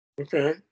Okay